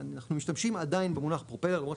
אנחנו משתמשים עדיין במונח פרופלר למרות